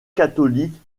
catholique